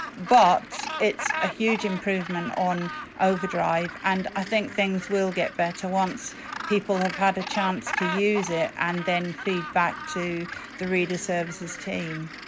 but it's a huge improvement on overdrive. and i think things will get better once people have had a chance to use it and then feedback to the reader services team.